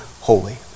holy